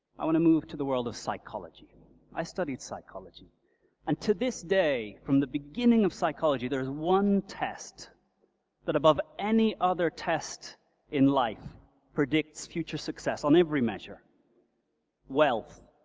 i want to move to the world of psychology i studied psychology and to this day, from the beginning of psychology, there's one test that above any other tests in life predicts future success on every measure wealth,